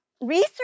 research